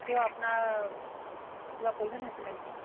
কিয় আপোনাৰ কিবা প্ৰয়োজন হৈছিলে নেকি